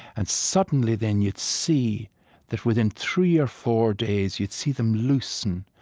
and suddenly, then, you'd see that within three or four days you'd see them loosen.